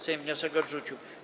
Sejm wniosek odrzucił.